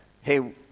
Hey